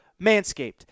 Manscaped